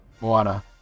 Moana